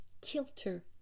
Kilter